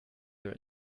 your